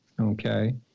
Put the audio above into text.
Okay